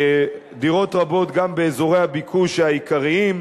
דירות רבות גם באזורי הביקוש העיקריים,